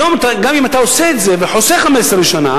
היום, גם אם אתה עושה את זה וחוסך 15 שנה,